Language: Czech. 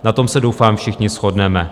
Na tom se doufám všichni shodneme.